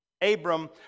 Abram